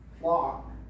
flock